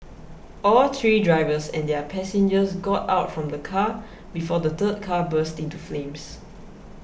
all three drivers and their passengers got out from the car before the third car burst into flames